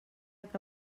que